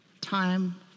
Time